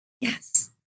Yes